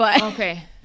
Okay